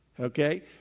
okay